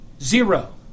Zero